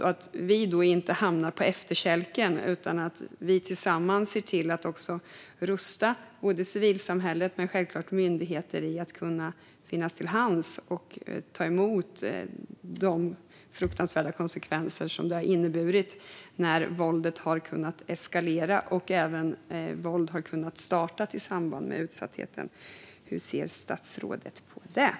Då är det viktigt att vi inte hamnar på efterkälken utan att vi tillsammans ser till att rusta civilsamhället men självklart också myndigheterna för att de ska kunna finnas till hands och ta emot de fruktansvärda konsekvenserna av att våldet kunnat eskalera och även starta i samband med den ökade utsattheten. Hur ser statsrådet på detta?